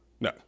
No